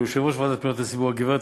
ליושבת-ראש הוועדה לפניות הציבור הגברת